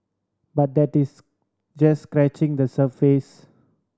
but that is just scratching the surface